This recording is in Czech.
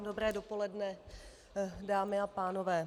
Dobré dopoledne, dámy a pánové.